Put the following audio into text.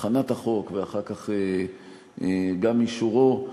הכנת החוק ואחר כך גם אישורו,